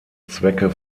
zwecke